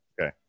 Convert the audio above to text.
okay